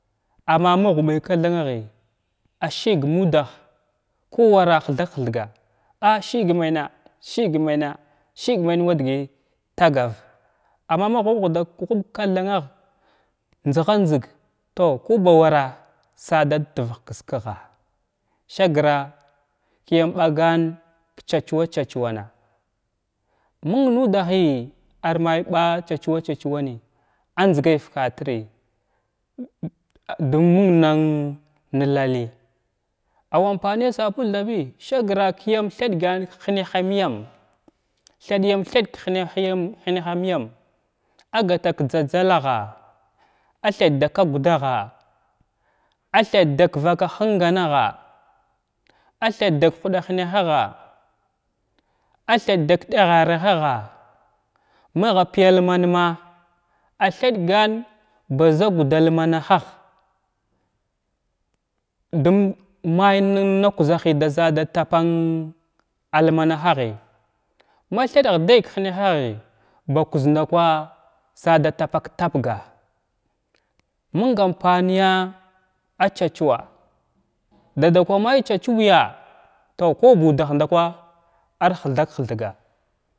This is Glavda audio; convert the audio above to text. Amma ma ghuɓay kathanahi ashig mu dah kuwra lthak lthgn a sigmana sigmana sigman wa dagay tagav amma ma gruɓ ghuda ghuɓ kathanah kubawar sadatvəh ks-kgha sigra kiyam ɓagan chachwa-chachwana məng nudahi a may ɓa chachwa chachwani anjzgay vakatiri dum məng nan na lahi awa ampaniya sapol thaba sigra kəyam thaɗgam kinahməyam thadyam thadg ka jinahməyam thadyam thadg ka hinahyana ka hinahaməyam agata ka jzajza lagha a thaɗdaka gudaha, athaɗda kvaka hinganegha, athaɗda ka huɗa hina hagha, athaɗda ka ɗaghavahaha, magha paylmanma, a thaɗgan baz ugda almanahah dum ay nən kwuzaha da tapan almanahahi ma thaɗvagay k-hənahahi ba kwoz ndakwi kwa sada tapak tapga məng am paniya a cha-chuwa dada kwa may ca-chubiya tow ko ba dah ndakwa ar hthak-hthga.